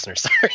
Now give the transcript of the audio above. Sorry